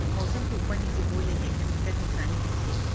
मउसम के उप्पर नीचे होए ले एखर बिकट नुकसानी होथे